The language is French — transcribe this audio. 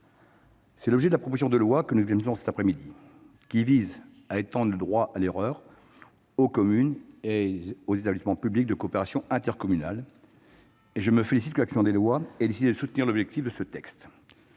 L'objet de la proposition de loi que nous examinons cet après-midi est précisément d'étendre le droit à l'erreur aux communes et établissements publics de coopération intercommunale. Je me félicite que la commission des lois ait décidé de soutenir ce texte,